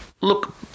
Look